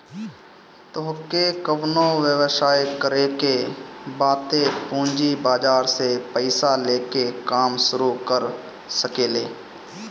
तोहके कवनो व्यवसाय करे के बा तअ पूंजी बाजार से पईसा लेके काम शुरू कर सकेलअ